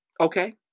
Okay